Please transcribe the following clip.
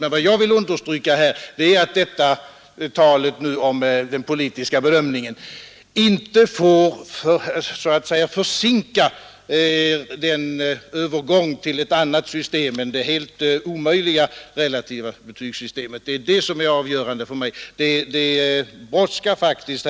Men vad jag här vill understryka är att detta tal om den politiska bedömningen inte får försinka övergången till ett annat system än det helt omöjliga relativa betygssystemet. Det är det som är avgörande för mig; det brådskar faktiskt.